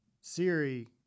Siri